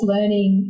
Learning